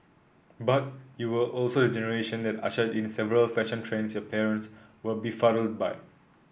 but you were also the generation that ushered in several fashion trends your parents were befuddled by